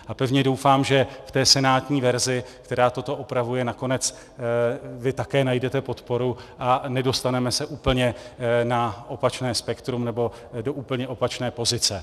A pevně doufám, že k té senátní verzi, která toto opravuje, nakonec vy také najdete podporu a nedostaneme se úplně na opačné spektrum nebo do úplně opačné pozice.